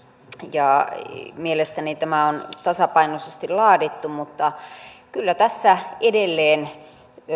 ja mielestäni tämä on tasapainoisesti laadittu itse olen kyllä hiukan huolestunut siitä että kyllä tässä edelleen